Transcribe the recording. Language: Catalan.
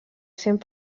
sent